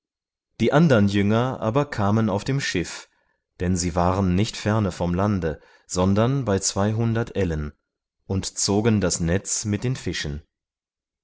die andern jünger aber kamen auf dem schiff denn sie waren nicht ferne vom lande sondern bei zweihundert ellen und zogen das netz mit den fischen